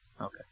Okay